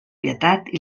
pietat